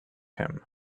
him